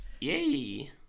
yay